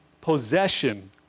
possession